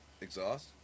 Exhaust